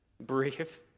Brief